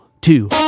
two